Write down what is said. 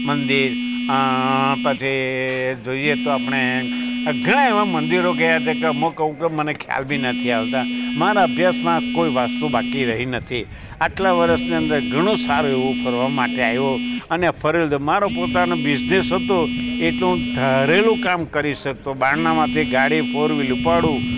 મંદિર પછી જોઈએ તો આપણે ઘણા એવા મંદિરો ગયા હતા કે અમુક અમુક મને ખ્યાલ બી નથી આવતા મારા અભ્યાસમાં કોઈ વસ્તુ બાકી રહી નથી આટલા વર્ષની અંદર ઘણું સારું એવું ફરવા માટે આવ્યો અને ફરેલો તો મારો પોતાનો બિઝનેસ હતો એટલે હું ધારેલું કામ કરી શકતો બારણામાંથી ગાડી ફોર વ્હીલ ઉપાડું